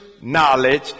knowledge